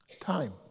Time